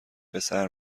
پسر